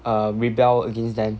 err rebel against them